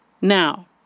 now